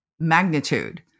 magnitude